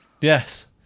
Yes